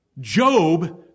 Job